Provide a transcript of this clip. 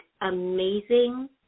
amazing